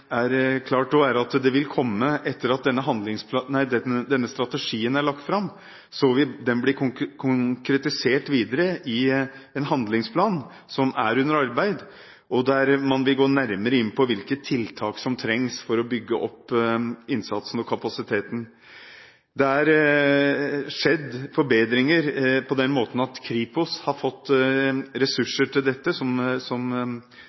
klart, er at etter at denne strategien er lagt fram, vil den konkretiseres videre i en handlingsplan som er under arbeid. Der vil man gå nærmere inn på hvilke tiltak som trengs for å bygge opp innsatsen og kapasiteten. Det har skjedd forbedringer på den måten at Kripos har fått